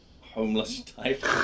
homeless-type